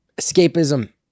escapism